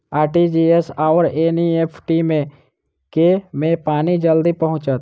RTGS आओर NEFT मे केँ मे पानि जल्दी पहुँचत